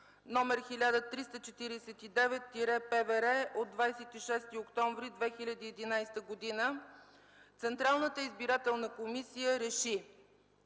№ 1349-ПВР от 26 октомври 2011 г. Централната избирателна комисия РЕШИ: